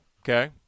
okay